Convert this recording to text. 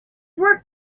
work